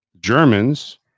Germans